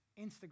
Instagram